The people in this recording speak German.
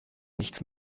nichts